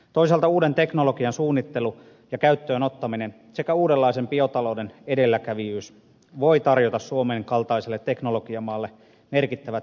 toisaalta uuden teknologian suunnittelu ja käyttöönottaminen sekä uudenlaisen biotalouden edelläkävijyys voivat tarjota suomen kaltaiselle teknologiamaalle merkittävät vientimahdollisuudet tulevaisuudessa